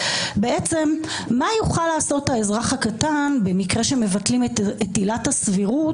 בעצם מה יוכל לעשות האזרח הקטן במקרה שמבטלים את עילת הסבירות,